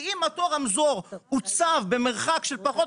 כי אם אותו רמזור הוצב במרחק של פחות